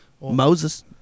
Moses